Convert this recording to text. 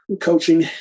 coaching